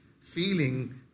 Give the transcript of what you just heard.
feeling